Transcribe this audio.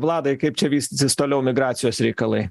vladai kaip čia vystysis toliau migracijos reikalai